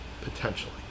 potentially